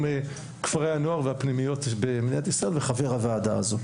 כפרי הנוער והפנימיות במדינת ישראל וחבר הוועדה הזו,